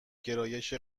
گرایش